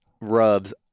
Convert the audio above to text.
rubs